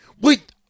Wait